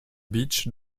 beach